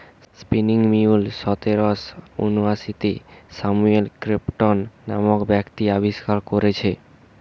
spinning mule সতেরশ ঊনআশিতে Samuel Crompton নামক ব্যক্তি আবিষ্কার কোরেছে